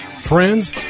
Friends